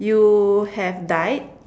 you have died